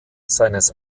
seines